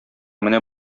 менә